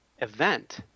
event